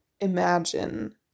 imagine